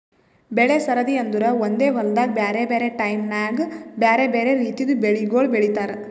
ಬೆಳೆ ಸರದಿ ಅಂದುರ್ ಒಂದೆ ಹೊಲ್ದಾಗ್ ಬ್ಯಾರೆ ಬ್ಯಾರೆ ಟೈಮ್ ನ್ಯಾಗ್ ಬ್ಯಾರೆ ಬ್ಯಾರೆ ರಿತಿದು ಬೆಳಿಗೊಳ್ ಬೆಳೀತಾರ್